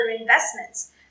investments